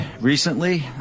recently